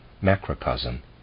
macrocosm